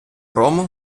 грому